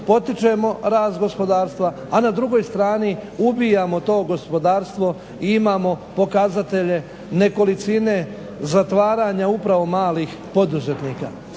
potičemo rast gospodarstva, a na drugoj strani ubijamo to gospodarstvo i imamo pokazatelje nekolicine zatvaranja upravo malih poduzetnika.